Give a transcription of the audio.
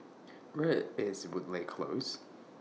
Where IS Woodleigh Close